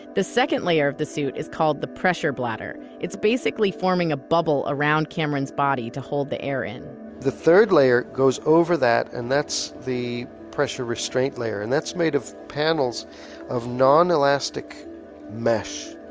the second layer of the suit is called the pressure bladder. it's basically forming a bubble around cameron's body to hold the air in the third layer goes over that and that's the pressure restraint layer. and that's made of panels of non-elastic mesh.